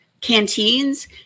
canteens